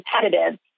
competitive